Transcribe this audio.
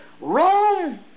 Rome